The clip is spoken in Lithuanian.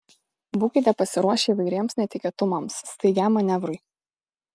būkite pasiruošę įvairiems netikėtumams staigiam manevrui